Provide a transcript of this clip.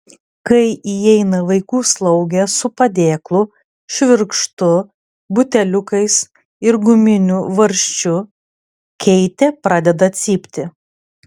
kai įeina vaikų slaugė su padėklu švirkštu buteliukais ir guminiu varžčiu keitė pradeda cypti